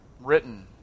written